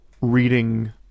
reading